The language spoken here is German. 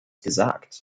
gesagt